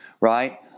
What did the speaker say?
Right